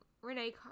Renee